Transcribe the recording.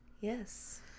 Yes